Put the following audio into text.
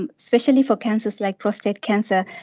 and especially for cancers like prostate cancer,